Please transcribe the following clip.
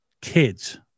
kids